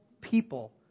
people